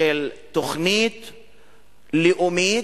תוכנית לאומית,